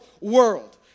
world